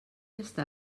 està